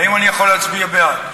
האם אני יכול להצביע בעד?